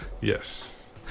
yes